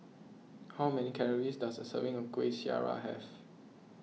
how many calories does a serving of Kueh Syara have